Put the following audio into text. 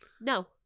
no